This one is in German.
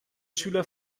schüler